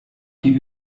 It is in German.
die